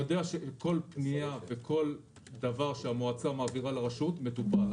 אני יודע שכל פנייה וכל דבר שהמועצה מעבירה לרשות מטופלים.